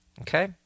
Okay